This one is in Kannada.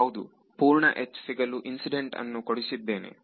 ಹೌದು ಪೂರ್ಣ H ಸಿಗಲು ಇನ್ಸಿಡೆಂಟ್ ಅನ್ನು ಕೊಡಿಸಿದ್ದೇನೆ ಸರಿ